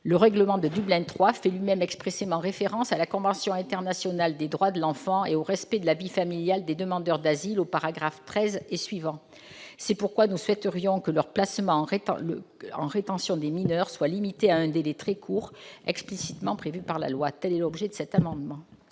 Le règlement Dublin III fait lui-même expressément référence à la convention internationale des droits de l'enfant et au respect de la vie familiale des demandeurs d'asile, aux paragraphes 13 et suivants. C'est pourquoi nous souhaitons que le placement en rétention des mineurs soit limité à un délai très court, explicitement prévu par la loi. Tel est l'objet de cet amendement.